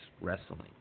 wrestling